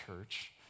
church